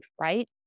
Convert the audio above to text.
right